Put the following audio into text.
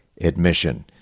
admission